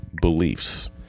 beliefs